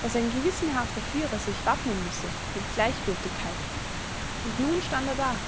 daß ein gewissenhafter führer sich wappnen müsse mit gleichgültigkeit und nun stand er da